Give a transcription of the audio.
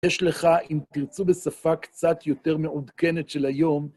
יש לך, אם תרצו בשפה קצת יותר מעודכנת של היום...